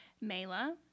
Mela